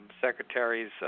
Secretaries